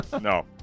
No